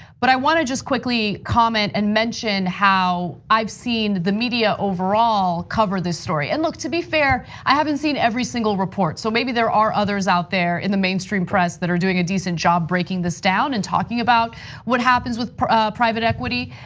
but i wanna just quickly comment and mention how i've seen the media overall cover this story. and look, to be fair, i haven't seen every single report. so maybe there are others out there in the mainstream press that are doing a decent job breaking this down, and talking about what happens with private equity.